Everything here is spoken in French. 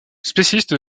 spécialiste